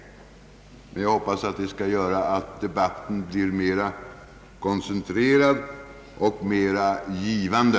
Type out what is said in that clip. Jag hoppas emellertid att det skall göra att debatten blir mer koncentrerad och mer givande.